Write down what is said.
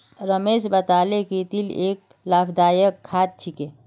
रमेश बताले कि तिल एक लाभदायक खाद्य छिके